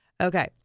Okay